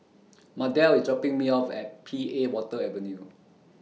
Mardell IS dropping Me off At P A Water Avenue